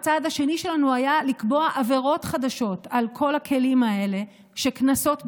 הצעד השני שלנו היה לקבוע עבירות חדשות על כל הכלים האלה וקנסות בצידן,